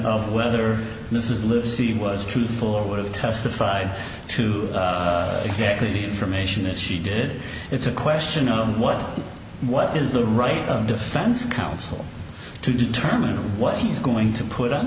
of whether this is lives he was truthful or what have testified to exactly the information that she did it's a question of what what is the right defense counsel to determine what he's going to put on